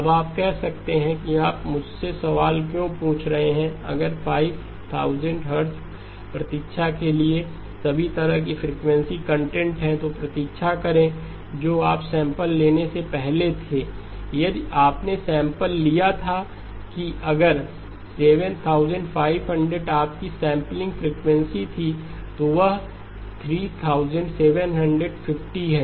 अब आप कह सकते हैं कि आप मुझसे सवाल क्यों पूछ रहे हैं अगर 5000 हर्ट्ज प्रतीक्षा के लिए सभी तरह की फ्रीक्वेंसी कंटेंट है तो प्रतीक्षा करें जो आप सैंपल लेने से पहले थे यदि आपने सैंपल लिया था कि अगर 7500 आपकी सैंपलिंग फ्रिकवेंसी थी तो यह 3750 है